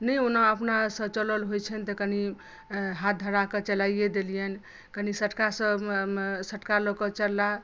नहि ओना अपनासँ चलल होइ छनि तँ कनी हाथ धराकए चलाइये देलियनि कने सटकासँ सटका लऽ कऽ चललाह